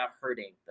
hurting